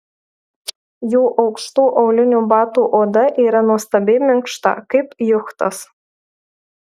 jų aukštų aulinių batų oda yra nuostabiai minkšta kaip juchtas